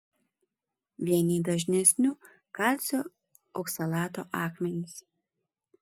vieni dažnesnių kalcio oksalato akmenys